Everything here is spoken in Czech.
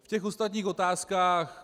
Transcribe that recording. V těch ostatních otázkách...